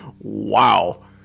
wow